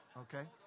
Okay